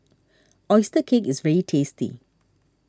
Oyster Cake is very tasty